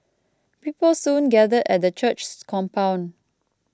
people soon gathered at the church's compound